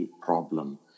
problem